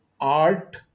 art